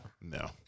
No